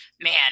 man